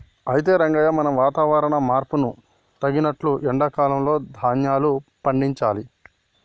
అయితే రంగయ్య మనం వాతావరణ మార్పును తగినట్లు ఎండా కాలంలో ధాన్యాలు పండించాలి